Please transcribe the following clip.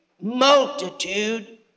multitude